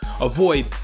avoid